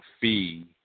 fee